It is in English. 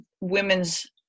women's